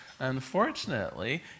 unfortunately